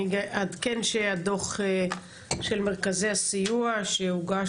אני אעדכן שהדו"ח של מרכזי הסיוע שהוגש